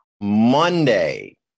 Monday